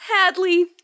Hadley